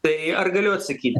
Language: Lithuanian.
tai ar galiu atsakyt